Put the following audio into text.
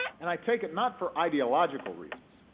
and i take it not for ideological reasons,